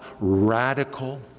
radical